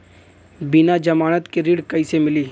बिना जमानत के ऋण कईसे मिली?